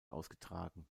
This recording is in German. ausgetragen